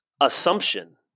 assumption